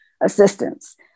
assistance